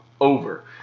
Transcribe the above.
over